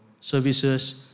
services